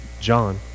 John